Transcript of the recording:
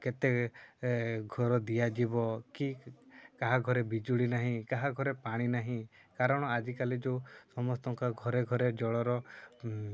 କେତେ ଘର ଦିଆଯିବ କି କାହା ଘରେ ବିଜୁଳି ନାହିଁ କାହା ଘରେ ପାଣି ନାହିଁ କାରଣ ଆଜିକାଲି ଯେଉଁ ସମସ୍ତଙ୍କ ଘରେ ଘରେ ଜଳର